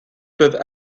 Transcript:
peuvent